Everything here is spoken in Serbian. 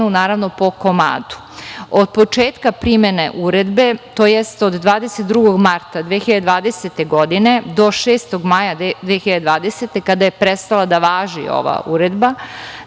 na cenu po komadu. Od početka primene Uredbe, tj. od 22. marta 2020. godine do 06. maja 2020 godine kada je prestala da važi ova Uredba